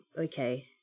okay